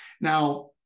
Now